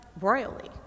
royally